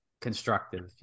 constructive